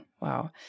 Wow